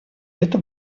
эта